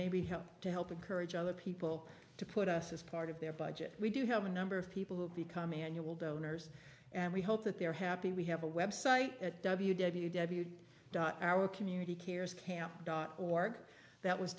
maybe help to help encourage other people to put us as part of their budget we do have a number of people who have become annual donors and we hope that they're happy we have a website at w w w dot our community cares camp dot org that was